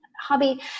hobby